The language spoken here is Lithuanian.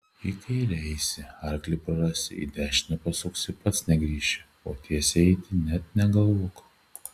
į kairę eisi arklį prarasi į dešinę pasuksi pats negrįši o tiesiai eiti net negalvok